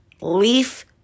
leaf